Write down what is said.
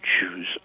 choose